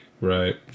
Right